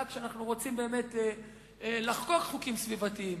כשאנחנו רוצים לחקוק חוקים סביבתיים.